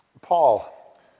Paul